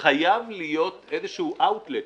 חייב להיות איזשהו אאוטלט,